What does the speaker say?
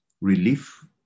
relief